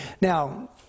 Now